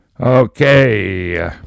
Okay